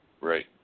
Right